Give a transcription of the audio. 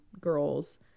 girls